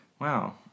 wow